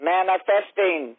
Manifesting